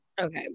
Okay